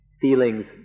feelings